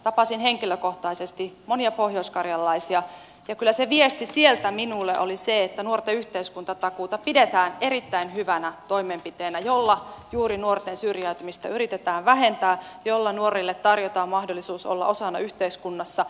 tapasin henkilökohtaisesti monia pohjoiskarjalaisia ja kyllä se viesti sieltä minulle oli se että nuorten yhteiskuntatakuuta pidetään erittäin hyvänä toimenpiteenä jolla juuri nuorten syrjäytymistä yritetään vähentää jolla nuorille tarjotaan mahdollisuus olla osana yhteiskunnassa